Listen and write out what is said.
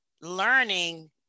learning